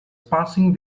passing